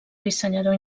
dissenyador